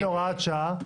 מרגע שאין הוראת שעה,